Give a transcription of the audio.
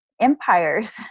empires